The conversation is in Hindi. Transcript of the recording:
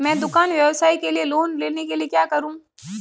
मैं दुकान व्यवसाय के लिए लोंन लेने के लिए क्या करूं?